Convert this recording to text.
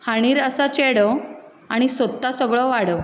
हांडीर आसा चेडो आनी सोदता सगळो वाडो